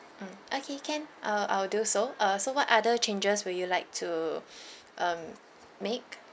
mm okay can uh I will do so uh so what other changes will you like to um make